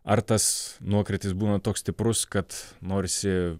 ar tas nuokrytis būna toks stiprus kad norisi